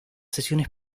sesiones